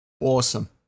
awesome